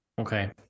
Okay